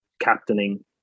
captaining